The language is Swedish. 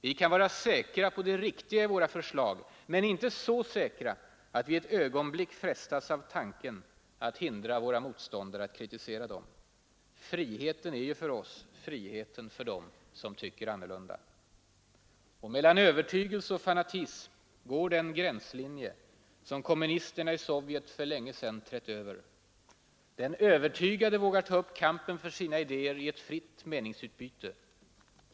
Vi kan vara säkra på det riktiga i våra förslag — men inte så säkra att vi ett ögonblick frestas av tanken att hindra våra motståndare att kritisera dem. Friheten är ju för oss friheten för dem som tycker annorlunda. Mellan övertygelse och fanatism går den gränslinje som kommunisterna i Sovjet för länge sedan trätt över. Den övertygade vågar ta upp kampen för sina idéer i ett fritt meningsutbyte.